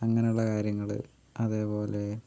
അങ്ങനെയുള്ള കാര്യങ്ങൾ അതേപോലെ